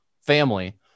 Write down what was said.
family